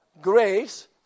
grace